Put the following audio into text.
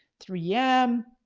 three m.